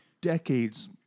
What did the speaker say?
decades